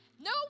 No